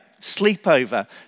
sleepover